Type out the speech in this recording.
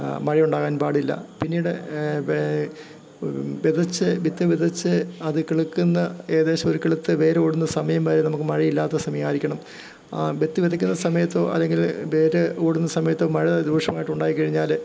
മഴയുണ്ടാകാൻ പാടില്ല പിന്നീട് വിതച്ച് വിത്ത് വിതച്ച് അത് കിളിര്ക്കുന്ന ഏകദേശം ഒരു കിളിര്ത്തു വേരോടുന്ന സമയം വരെ നമുക്ക് മഴയില്ലാത്ത സമയായിരിക്കണം വിത്ത് വിതയ്ക്കുന്ന സമയത്തോ അല്ലെങ്കില് വേര് ഓടുന്ന സമയത്തും മഴ രൂക്ഷമായിട്ട് ഉണ്ടായിക്കഴിഞ്ഞാല്